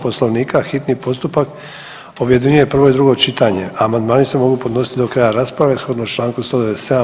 Poslovnika hitni postupak objedinjuje prvo i drugo čitanje, a amandmani se mogu podnositi do kraja rasprave shodno Članku 197.